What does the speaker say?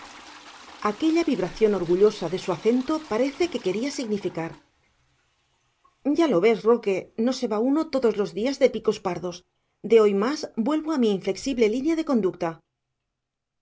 aquella vibración orgullosa de su acento parece que quería significar ya lo ves roque no se va uno todos los días de picos pardos de hoy más vuelvo a mi inflexible línea de conducta